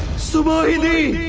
sammohini!